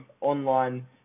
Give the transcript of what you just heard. online